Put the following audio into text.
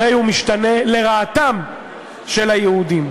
הרי הוא משתנה לרעתם של היהודים.